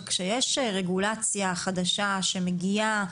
כשיש רגולציה חדשה שמגיעה,